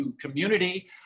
community